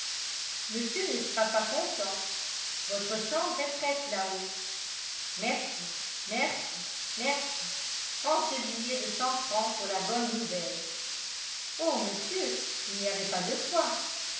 monsieur ne sera pas content votre chambre est prête là-haut merci merci merci prends ce billet de cent francs pour la bonne nouvelle oh monsieur il n'y avait pas de quoi